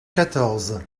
quatorze